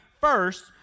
first